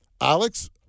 Alex